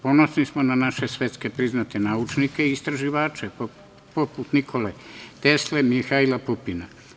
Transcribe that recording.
Ponosni smo na naše svetski priznate naučnike i istraživače, poput Nikole Tesle i Mihaila Pupina.